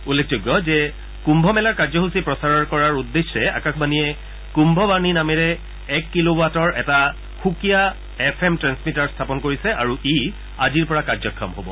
উল্লেখযোগ্য যে কুম্ভ মেলাৰ কাৰ্যসূচী প্ৰচাৰ কৰাৰ উদ্দেশ্যে আকাশবাণীয়ে কুম্ভবানী নামেৰে এক কিলো ৱাটৰ এটা সুকীয়া এফ এম ট্টেন্সমিটাৰ স্থাপন কৰিছে আৰু ই আজিৰ পৰা কাৰ্যক্ষম হ'ব